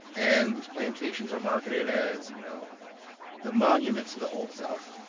and these plantations are marketed as you know the monuments of the old south.